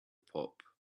pop